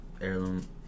Heirloom